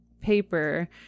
paper